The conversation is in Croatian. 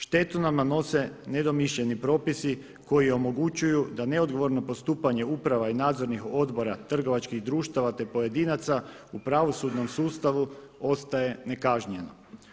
Štetu nam nanose nedomišljeni propisi koji omogućuju da neodgovorno postupanje uprava i nadzornih odbora trgovačkih društava, te pojedinaca u pravosudnom sustavu ostaje nekažnjeno.